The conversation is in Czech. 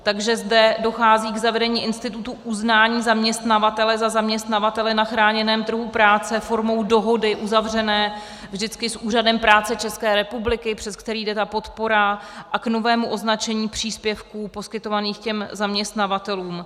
Takže zde dochází k zavedení institutu uznání zaměstnavatele za zaměstnavatele na chráněném trhu práce formou dohody uzavřené vždycky s Úřadem práce ČR, přes který jde ta podpora, a k novému označení příspěvků poskytovaných těm zaměstnavatelům.